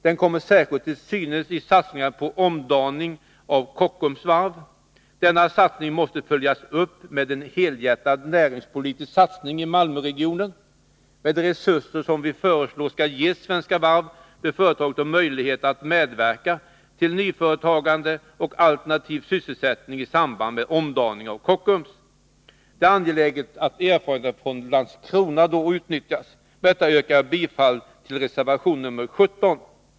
Den kommer särskilt till synes i satsningen på omdaningen av Kockums varv. Denna satsning måste följas upp med en helhjärtad näringspolitisk satsning i Malmöregionen. Med de resurser som vi föreslår skall ges Svenska Varv bör företaget ha möjligheter att medverka till nyföretagande och alternativ sysselsättning i samband med omdaningen av Kockums. Det är angeläget att erfarenheterna från Landskrona utnyttjas. Med detta yrkar jag bifall till reservation 17.